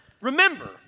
remember